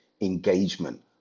engagement